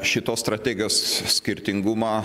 šitos strategijos skirtingumą